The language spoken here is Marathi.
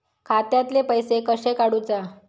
खात्यातले पैसे कशे काडूचा?